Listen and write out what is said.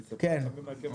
אוקיי.